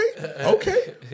okay